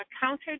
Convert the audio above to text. counter